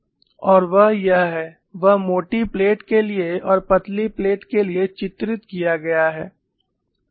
और वह यह है वह मोटी प्लेट के लिए और पतली प्लेट के लिए चित्रित किया गया है